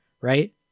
right